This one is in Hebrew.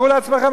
תארו לעצמכם,